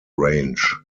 range